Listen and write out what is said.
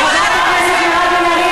חברת הכנסת מירב בן ארי,